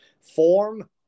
form